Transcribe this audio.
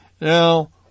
Now